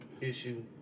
issue